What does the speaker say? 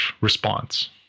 response